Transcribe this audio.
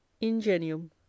ingenium